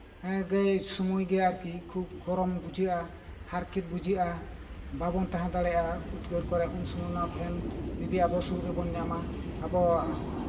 ᱦᱮᱸ ᱠᱟᱹᱡ ᱥᱚᱢᱚᱭ ᱜᱮ ᱟᱨᱠᱤ ᱠᱷᱩᱵᱽ ᱜᱚᱨᱚᱢ ᱵᱩᱡᱷᱟᱹᱜᱼᱟ ᱦᱟᱨᱠᱮᱛ ᱵᱩᱡᱷᱟᱹᱜᱼᱟ ᱵᱟᱵᱚᱱ ᱛᱟᱦᱮᱸ ᱫᱟᱲᱮᱜᱼᱟ ᱩᱫᱽᱜᱟᱹᱨ ᱠᱚᱨᱮᱜ ᱩᱱ ᱥᱚᱢᱚᱭ ᱚᱱᱟ ᱯᱷᱮᱱ ᱟᱵᱚ ᱥᱩᱨ ᱨᱮᱵᱚᱱ ᱧᱟᱢᱟ ᱟᱵᱚᱣᱟᱜ